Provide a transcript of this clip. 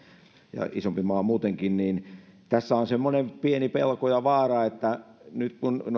ja se on isompi maa muutenkin tässä on semmoinen pieni pelko ja vaara että kun